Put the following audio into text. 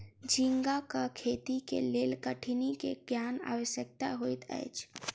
झींगाक खेती के लेल कठिनी के ज्ञान आवश्यक होइत अछि